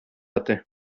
hatte